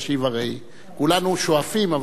הרי כולנו שואפים, אבל.